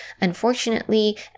Unfortunately